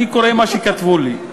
אני קורא מה שכתבו לי,